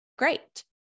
Great